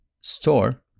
store